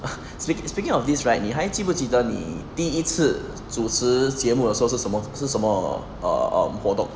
speaking speaking of this right 你还记不记得你第一次主持节目的时候是什么是什么 um 活动